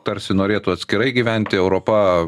tarsi norėtų atskirai gyventi europa